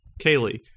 Kaylee